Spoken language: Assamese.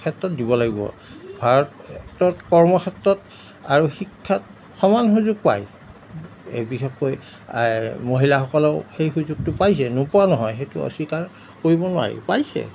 ক্ষেত্ৰত দিব লাগিব আৰু ক্ষেত্ৰত কৰ্মক্ষেত্ৰত আৰু শিক্ষাত সমান সুযোগ পায় এই বিশেষকৈ মহিলাসকলেও সেই সুযোগটো পাইছে নোপোৱা নহয় সেইটো অস্বীকাৰ কৰিব নোৱাৰি পাইছে